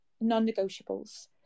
non-negotiables